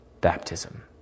baptism